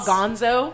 Gonzo